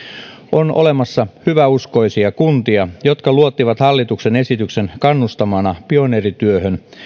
on olemassa hyväuskoisia kuntia jotka luottivat hallituksen esityksen kannustamana pioneerityöhön